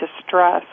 distress